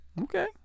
Okay